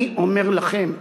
אני אומר לכם: